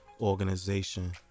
organization